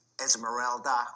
Esmeralda